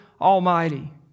Almighty